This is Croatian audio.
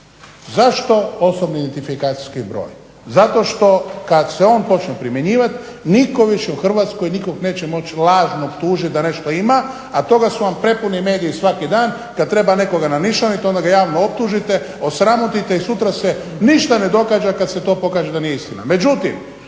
Zašto osobni identifikacijski broj, zato što kad se on počne primjenjivat nitko više u Hrvatskoj nikog neće moći lažno optužit da nešto ima, a toga su vam prepuni mediji svaki dan. Kad treba nekoga nanišaniti onda ga javno optužite, osramotite i sutra se ništa ne događa kad se to pokaže da nije istina.